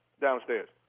downstairs